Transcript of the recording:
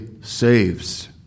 saves